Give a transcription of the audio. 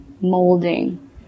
molding